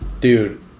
Dude